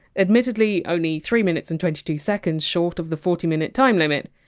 admittedly only three minutes and twenty two seconds short of the forty minute time limit,